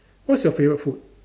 what's your favorite food